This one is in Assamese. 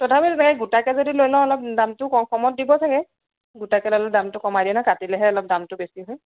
তথাপিতো গোটাকৈ যদি লৈ লওঁ অলপ দামতো কম কমত দিব চাগে গোটাকৈ ল'লে দামটো কমাই দিয়ে ন কাটিলেহে অলপ দামটো বেছি হয়